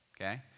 Okay